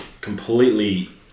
completely